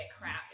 crap